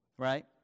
Right